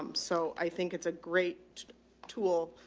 um so i think it's a great tool,